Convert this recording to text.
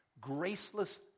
graceless